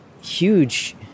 huge